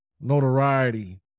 notoriety